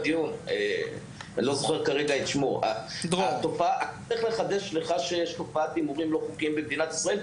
האם אני צריך לחדש לך שיש תופעה של הימורים לא חוקיים במדינת ישראל?